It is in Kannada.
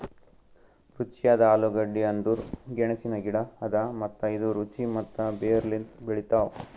ರುಚಿಯಾದ ಆಲೂಗಡ್ಡಿ ಅಂದುರ್ ಗೆಣಸಿನ ಗಿಡ ಅದಾ ಮತ್ತ ಇದು ರುಚಿ ಮತ್ತ ಬೇರ್ ಲಿಂತ್ ಬೆಳಿತಾವ್